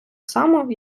само